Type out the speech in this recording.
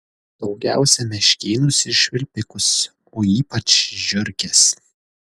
daugiausiai meškėnus ir švilpikus o ypač žiurkes